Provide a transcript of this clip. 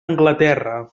anglaterra